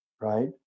Right